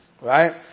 right